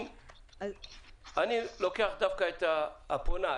אני לוקח דווקא את הפונה.